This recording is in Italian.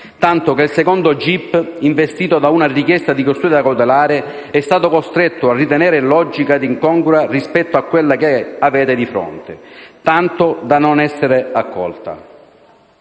tanto che il secondo gip investito da una richiesta di custodia cautelare è stato costretto a ritenerla illogica ed incongrua rispetto a quella che avete di fronte, tanto da non essere accolta.